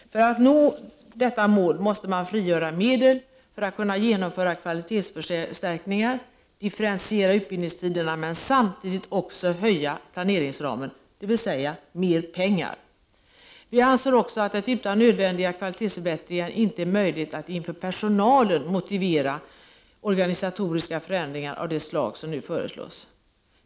För att nå detta mål måste medel frigöras för att kunna genomföra kvalitetsförstärkningar, differentiera utbildningstiderna men samtidigt också höja planeringsramen, dvs. mer pengar. Vi anser också att det utan nödvändiga kvalitetsförbättringar inte är möjligt att inför personalen motivera organisatoriska förändringar av det slag som nu föreslås.